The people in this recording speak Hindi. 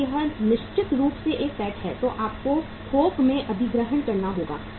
यदि यह निश्चित रूप से एक पैठ है तो आपको थोक में अधिग्रहण करना होगा